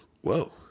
Whoa